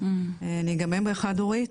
אני גם אם חד הורית.